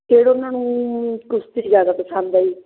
ਖੇਡ ਉਹਨਾਂ ਨੂੰ ਕੁਸ਼ਤੀ ਜ਼ਿਆਦਾ ਪਸੰਦ ਹੈ ਜੀ